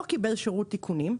לא קיבל שירות תיקונים,